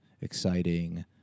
exciting